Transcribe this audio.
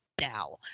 now